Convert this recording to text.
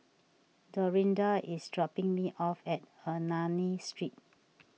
Dorinda is dropping me off at Ernani Street